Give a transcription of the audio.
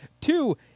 Two